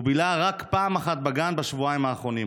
הוא בילה רק פעם אחת בגן בשבועיים האחרונים.